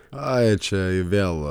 ai čia vėl